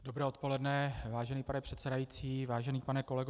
Dobré odpoledne, vážený pane předsedající, vážený pane kolego.